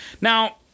Now